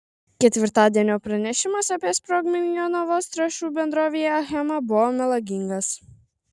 ketvirtadienio pranešimas apie sprogmenį jonavos trąšų bendrovėje achema buvo melagingas